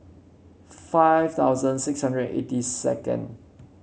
five thousand six hundred eighty second